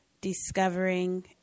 discovering